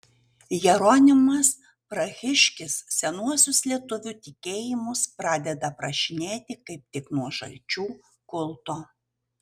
jeronimas prahiškis senuosius lietuvių tikėjimus pradeda aprašinėti kaip tik nuo žalčių kulto